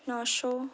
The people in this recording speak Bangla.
নশো